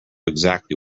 exactly